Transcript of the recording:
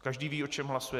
Každý ví, o čem hlasuje.